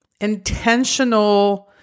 intentional